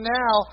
now